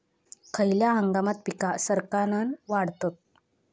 खयल्या हंगामात पीका सरक्कान वाढतत?